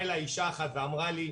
באה אלי אישה אחת ואמרה לי,